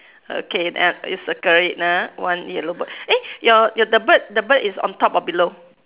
okay then you circle it ah one yellow bird eh your your the bird the bird is on top or below